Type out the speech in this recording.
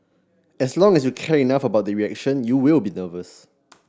as long as you care enough about the reaction you will be nervous